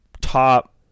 top